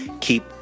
keep